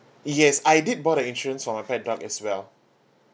yes I did bought the insurance for my pet dog as well